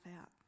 out